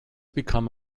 become